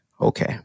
Okay